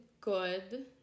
good